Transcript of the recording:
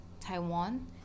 Taiwan